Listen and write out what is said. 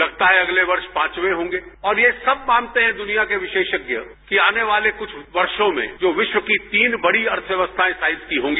लगता है अगले वर्ष पांचवे होंगे और यह सब मानते हैं दुनिया के विशेषज्ञ की आने वाले कुछ वर्षों में जो विश्व की तीन बड़ी अर्थव्यवस्थाएं साइज की होंगी